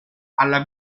alla